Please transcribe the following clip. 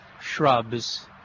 shrubs